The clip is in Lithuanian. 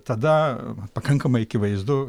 tada pakankamai akivaizdu